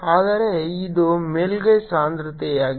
ಆದರೆ ಇದು ಮೇಲ್ಮೈ ಸಾಂದ್ರತೆಯಾಗಿದೆ